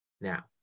Now